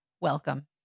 Welcome